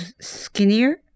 skinnier